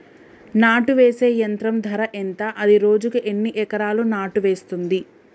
నాటు వేసే యంత్రం ధర ఎంత? అది రోజుకు ఎన్ని ఎకరాలు నాటు వేస్తుంది?